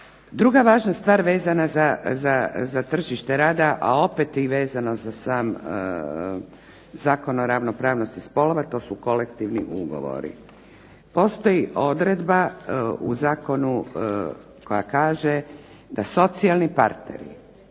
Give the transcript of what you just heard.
Druga važna stvar vezana za tržište rada a opet vezano za sam Zakon o ravnopravnosti spolova, to su kolektivni ugovori. Postoji odredba u Zakonu koja kaže da socijalni partneri